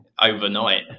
overnight